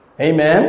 Amen